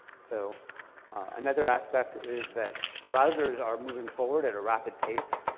so another aspect is that browsers are moving forward at a rapid pace.